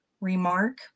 remark